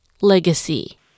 legacy